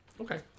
okay